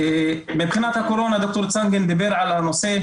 מבחינת הקורונה, ד"ר צנגן דיבר על הנושא,